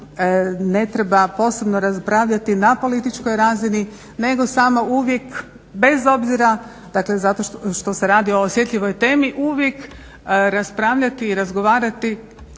ne treba posebno raspravljati na političkoj razini nego samo uvijek bez obzira što se radi o osjetljivoj temi uvijek raspravljati i razgovarati